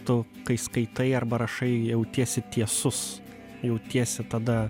tu kai skaitai arba rašai jautiesi tiesus jautiesi tada